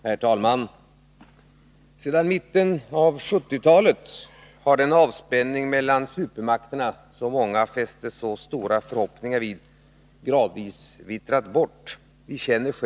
Herr talman! Sedan mitten av 1970-talet har den avspänning mellan supermakterna som många fäste så stora förhoppningar vid gradvis vittrat bort. Skälen känner vi.